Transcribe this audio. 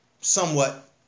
somewhat